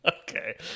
Okay